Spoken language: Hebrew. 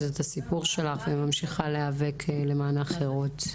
את הסיפור שלך וממשיכה להיאבק למען אחרות.